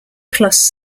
plus